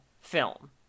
film